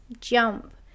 jump